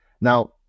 Now